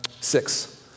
six